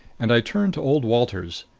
and i turned to old walters.